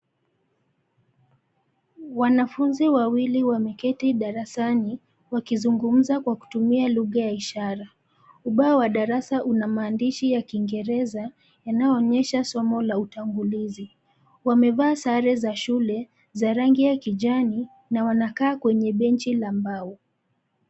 Wanafunzi wawili wameketi darasani, wakizungumza kwa kutumia lugha ya ishara, ubao wa darasa una maandishi ya Kiingereza, yanayoonyesha somo la utangulizi, wamevaa sare za shule, za rangi ya kijani, na wanakaa kwenye benchi la mbao.